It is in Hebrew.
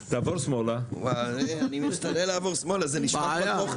וראויה ואני בטוח שכל מי שיושב פה,